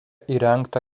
įrengta